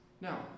Now